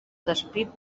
despit